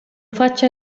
faccia